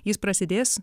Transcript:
jis prasidės